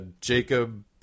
Jacob